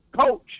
coach